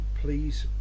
Please